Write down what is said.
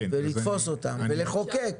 לתפוס אותם ולחוקק.